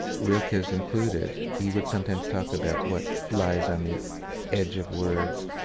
rilke's included. he would sometimes talk about what lies on the edge of words.